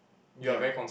ya